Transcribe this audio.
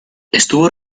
estuvo